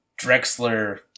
Drexler